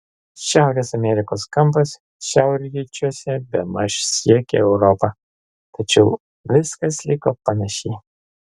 šiaurės amerikos kampas šiaurryčiuose bemaž siekė europą tačiau viskas liko panašiai